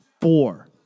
four